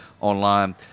online